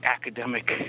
academic